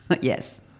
Yes